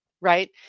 right